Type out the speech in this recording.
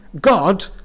God